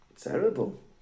Terrible